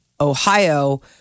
Ohio